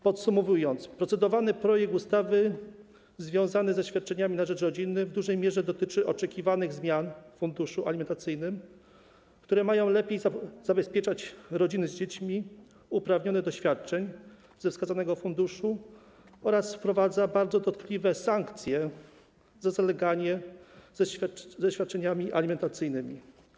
Podsumowując, procedowany projekt ustawy związany ze świadczeniami na rzecz rodziny w dużej mierze dotyczy oczekiwanych zmian w funduszu alimentacyjnym, które mają lepiej zabezpieczać rodziny z dziećmi uprawnione do świadczeń ze wskazanego funduszu, oraz wprowadza bardzo dotkliwe sankcje za zaleganie ze świadczeniami alimentacyjnymi.